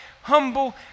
humble